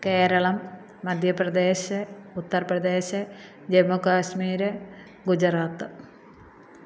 Keralam Madhya Pradesh Uttar Pradesh Jammu Kashmir Gujarat